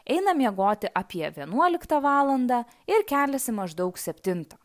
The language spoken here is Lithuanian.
eina miegoti apie vienuoliktą valandą ir keliasi maždaug septintą